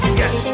yes